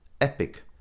epic